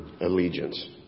allegiance